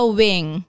wing